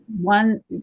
one